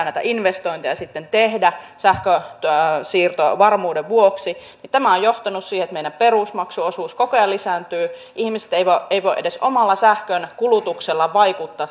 näitä investointeja sitten tehdä sähkönsiirtovarmuuden vuoksi niin tämä on johtanut siihen että meidän perusmaksuosuutemme koko ajan lisääntyy ihmiset eivät voi edes omalla sähkönkulutuksella vaikuttaa